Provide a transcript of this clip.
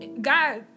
God